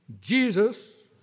Jesus